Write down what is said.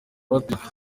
patrick